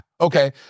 Okay